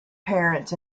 parents